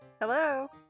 hello